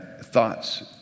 thoughts